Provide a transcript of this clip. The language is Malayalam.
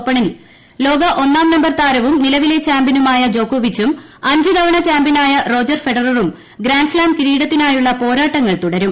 ഓപ്പണിനിൽ ലോക ഒന്നാം നമ്പർ താരവും നിലവിലെ ചാമ്പ്യനുമായ ജോക്കോവിച്ചും അഞ്ച് തവണ ചാമ്പ്യനായ റോജർ ഫെഡററും ഗ്രാൻഡ് സ്താം കിരീടത്തിനായുള്ള പോരാട്ടങ്ങൾ തുടരും